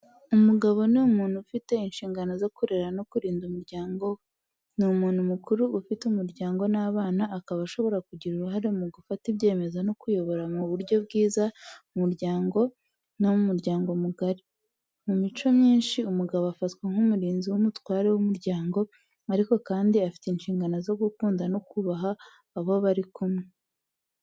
Umugabo ni umuntu ufite inshingano zo kurera no kurinda umuryango we. Ni umuntu mukuru ufite umugore n’abana, akaba ashobora kugira uruhare mu gufata ibyemezo no kuyobora mu buryo bwiza umuryango no mu muryango mugari. Mu mico myinshi, umugabo afatwa nk’umurinzi n’umutware w’umuryango, ariko kandi afite inshingano zo gukunda no kubaha abo bari kumwe.